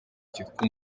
cyitwa